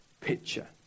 picture